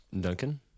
Duncan